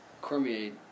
Cormier